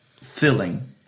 filling